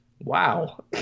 Wow